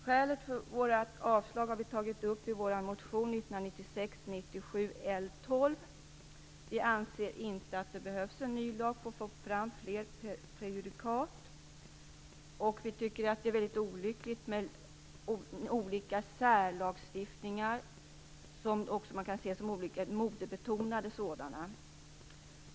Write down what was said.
Skälet för vårt avslagsyrkande har vi tagit upp i vår motion 1996/97:L12. Vi anser inte att det behövs en ny lag för att få fram fler prejudikat, och vi tycker att det är olyckligt med olika särlagstiftningar, som också kan ses som modebetonade sådana.